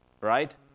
right